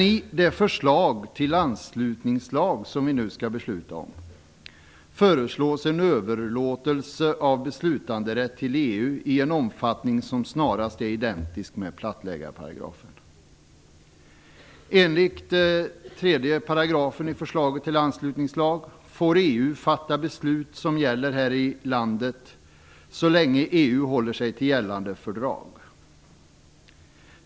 I det förslag till anslutningslag som vi nu skall besluta om föreslås en överlåtelse av beslutanderätt till EU i en omfattning som snarast är identisk med plattläggarparagrafen. Enligt 3 § i förslaget till anslutningslag får EU fatta beslut som gäller här i landet så länge EU håller sig till gällande fördrag.